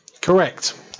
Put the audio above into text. Correct